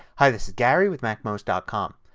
hi, this is gary with macmost ah com.